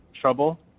trouble